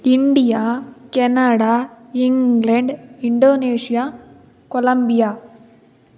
India Canada England Indonesia Columbia